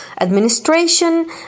administration